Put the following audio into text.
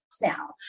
now